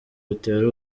bitera